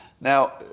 Now